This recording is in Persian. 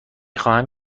خواهم